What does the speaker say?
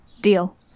Deal